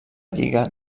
lliga